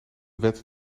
wet